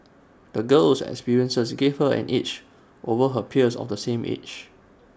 the girl's experiences gave her an edge over her peers of the same age